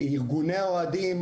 ארגוני האוהדים,